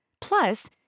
Plus